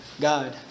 God